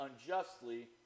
unjustly